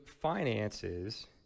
finances